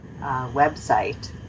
website